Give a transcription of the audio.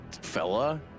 fella